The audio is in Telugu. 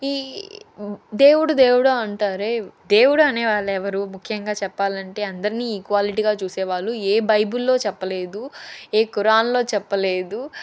ఈ దేవుడు దేవుడు అంటారే దేవుడు అనే వాళ్ళు ఎవరు ముఖ్యంగా చెప్పాలంటే అందరినీ ఈక్వాలిటీగా చూసేవాళ్ళు ఏ బైబుల్లో చెప్పలేదు ఏ ఖురాన్లో చెప్పలేదు